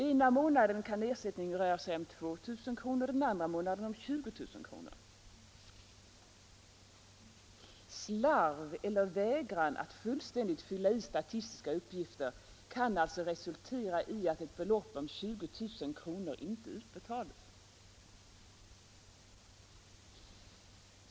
Ena månaden kan ersättningen röra sig om 2000 kr., andra månaden om 20 000 kr. Slarv eller vägran att fullständigt fylla i ”statistiska uppgifter” kan alltså resultera i att ett belopp om 20000 kr. inte utbetalas.